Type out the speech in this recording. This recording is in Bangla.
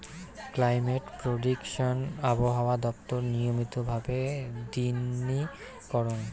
ক্লাইমেট প্রেডিকশন আবহাওয়া দপ্তর নিয়মিত ভাবে দিননি করং